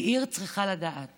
כי עיר צריכה לדעת